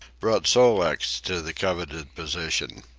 brought sol-leks to the coveted position.